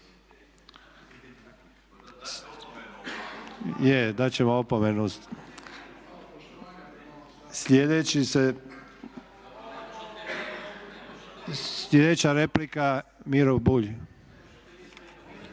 dat ćemo opomenu. Sljedeća replika, Miro Bulj.